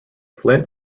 flint